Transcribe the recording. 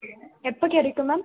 எப்போ கிடைக்கும் மேம்